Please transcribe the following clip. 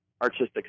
artistic